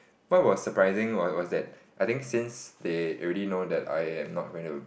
what was surprising was was that I think since they already know that I am not going to